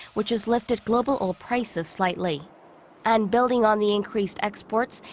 which has lifted global oil prices slightly and building on the increased exports.